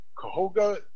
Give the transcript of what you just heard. Cahoga